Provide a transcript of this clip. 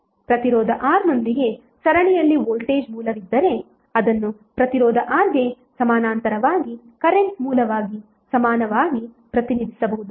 ಪ್ರತಿರೋಧ R ಯೊಂದಿಗೆ ಸರಣಿಯಲ್ಲಿ ವೋಲ್ಟೇಜ್ ಮೂಲವಿದ್ದರೆ ಅದನ್ನು ಪ್ರತಿರೋಧ R ಗೆ ಸಮಾನಾಂತರವಾಗಿ ಕರೆಂಟ್ ಮೂಲವಾಗಿ ಸಮಾನವಾಗಿ ಪ್ರತಿನಿಧಿಸಬಹುದು